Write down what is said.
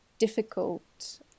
difficult